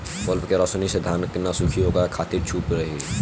bulb के रौशनी से धान न सुखी ओकरा खातिर धूप चाही